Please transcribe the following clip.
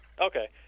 Okay